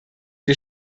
wir